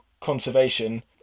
conservation